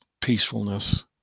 peacefulness